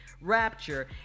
Rapture